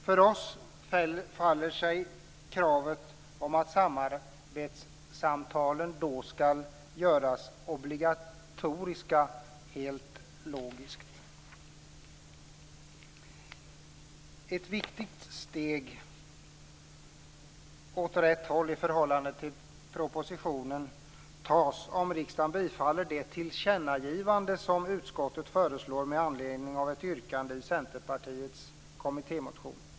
För oss faller sig kravet på att samarbetssamtalen skall göras obligatoriska helt logiskt. Ett viktigt steg åt rätt håll i förhållande till propositionen tas om riksdagen bifaller det tillkännagivande som utskottet föreslår med anledning av ett yrkande i Centerpartiets kommittémotion.